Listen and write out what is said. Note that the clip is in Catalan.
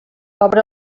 obre